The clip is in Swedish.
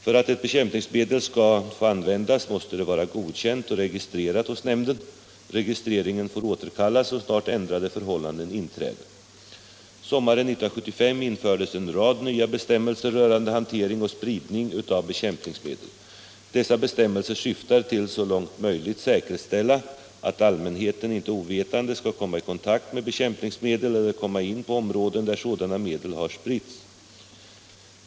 För att ett bekämpningsmedel skall få användas måste det vara godkänt och registrerat hos nämnden. Registreringen får återkallas så snart ändrade förhållanden inträder. Sommaren 1975 infördes en rad nya bestämmelser rörande hantering och spridning av bekämpningsmedel. Dessa bestämmelser syftar till att så långt möjligt säkerställa att allmänheten inte ovetande skall komma i kontakt med bekämpningsmedel eller komma in på områden där sådana medel har spritts.